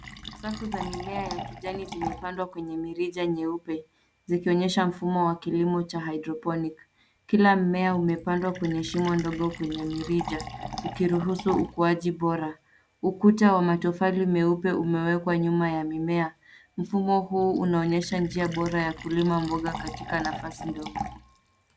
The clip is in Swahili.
Safu za mimea ya kijani zimepandwa kwenye mirija nyeupe zikionyesha mfumo wa kilimo cha Hydroponic . Kila mmea umepandwa kwenye shimo ndogo kwenye mirija ikiruhusu ukuaji bora. Ukuta wa matofali meupe umekwa nyuma ya mimea. Mfumo huu unaonyesha njia bora ya kulima mboga katika nafasi ndogo.